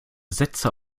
sätze